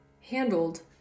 handled